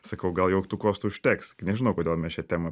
sakau gal jau tų kostų užteks nežinau kodėl mes šią temą